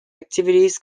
activities